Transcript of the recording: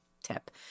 tip